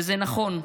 וזה נכון,